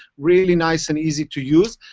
really nice and easy to use.